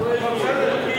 עוד שתי דקות.